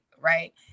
right